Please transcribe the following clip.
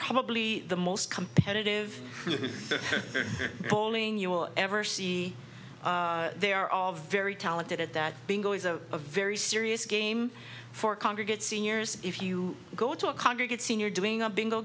probably the most competitive bowling you will ever see they are all very talented at that bingo is a very serious game for congregate seniors if you go to a congregate senior doing a bingo